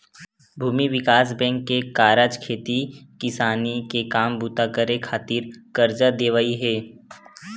भूमि बिकास बेंक के कारज खेती किसानी के काम बूता करे खातिर करजा देवई हे